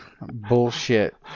bullshit